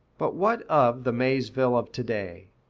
but what of the maysville of to-day?